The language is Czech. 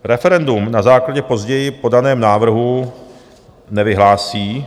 Referendum na základě později podaného návrhu nevyhlásí.